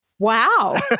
Wow